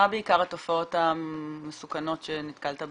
מה בעיקר התופעות המסוכנות שנתקלת בהן?